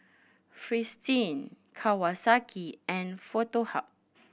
Fristine Kawasaki and Foto Hub